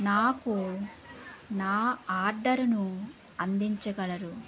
నాకు నా ఆర్డర్ను అందించగలరు